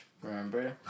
Remember